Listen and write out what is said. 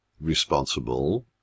responsible